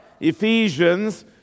Ephesians